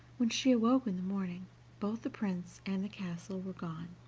when she awoke in the morning both the prince and the castle were gone,